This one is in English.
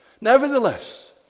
Nevertheless